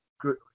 good